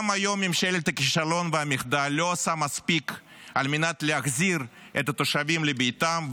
גם היום ממשלת הכישלון והמחדל לא עושה מספיק להחזרת התושבים לביתם,